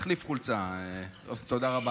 (אומר מילים ברוסית.) אני לא באמת יודע